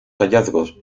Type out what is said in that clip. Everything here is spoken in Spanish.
hallazgos